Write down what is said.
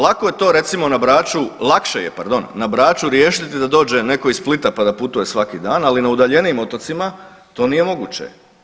Lako je to recimo na Braču, lakše je pardon na Braču riješiti da dođe netko iz Splita pa da putuje svaki dan, ali na udaljenijim otocima to nije moguće.